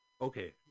Okay